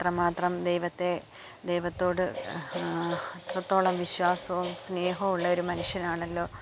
അത്രമാത്രം ദൈവത്തെ ദൈവത്തോട് അത്രത്തോളം വിശ്വാസവും സ്നേഹവും ഉള്ളെയൊരു മനുഷ്യനാണല്ലോ